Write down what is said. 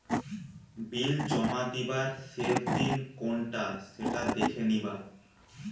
বিল জমা দিবার শেষ দিন কোনটা সেটা দেখে নিবা